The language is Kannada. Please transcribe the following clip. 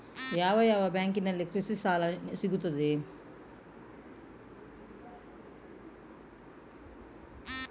ಯಾವ ಯಾವ ಬ್ಯಾಂಕಿನಲ್ಲಿ ಕೃಷಿ ಸಾಲ ಸಿಗುತ್ತದೆ?